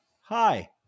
Hi